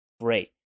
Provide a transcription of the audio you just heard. great